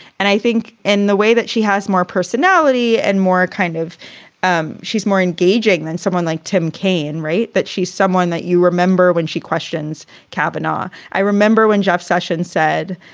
and i think in the way that she has more personality and more kind of um she's more engaging than someone like tim kaine. right. that she's someone that you remember when she questions kobana. i remember when jeff sessions said,